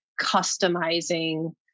customizing